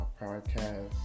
podcast